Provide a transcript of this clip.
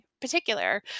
particular